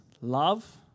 love